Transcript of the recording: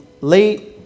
late